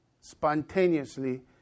spontaneously